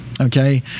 Okay